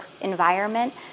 environment